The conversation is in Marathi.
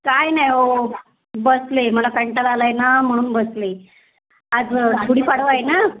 काही नाही हो बसले मला कंटाळा आला आहे ना म्हणून बसले आज गुढी पाडवा आहे ना